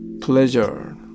pleasure